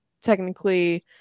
technically